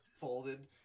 folded